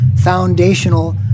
foundational